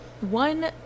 one